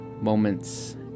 moments